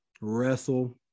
wrestle